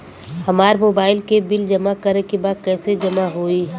हमार मोबाइल के बिल जमा करे बा कैसे जमा होई?